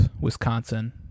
Wisconsin